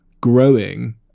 growing